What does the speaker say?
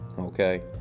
okay